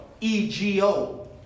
EGO